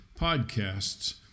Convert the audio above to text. podcasts